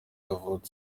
yavutse